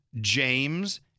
James